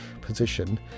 position